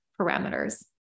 parameters